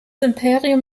imperium